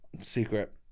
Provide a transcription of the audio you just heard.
secret